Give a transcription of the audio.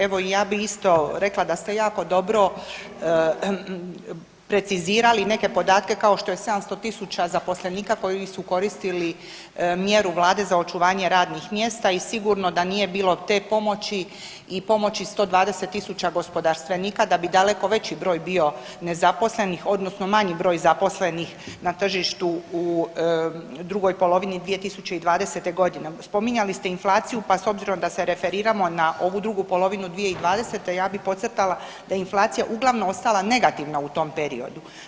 Evo i ja bih isto rekla da ste jako dobro precizirali neke podatke kao što je 700 tisuća zaposlenika koji su koristili mjeru Vlade za očuvanje radnih mjesta i sigurno da nije bilo te pomoći i pomoći 120 tisuća gospodarstvenika, da bi daleko veći broj bio nezaposlenih odnosno manji broj zaposlenih na tržištu u drugoj polovini 2020. g. Spominjali ste inflaciju, pa s obzirom da se referiramo na ovu drugu polovinu 2020., ja bih podcrtala da je inflacija uglavnom ostala negativna u tom periodu.